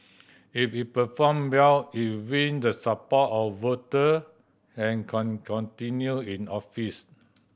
if it perform well it win the support of voter and can continue in office